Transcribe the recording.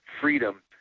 freedom